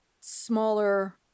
smaller